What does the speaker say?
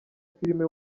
filime